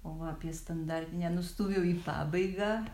o va apie standartinę nustūmiau į pabaigą